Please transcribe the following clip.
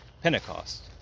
Pentecost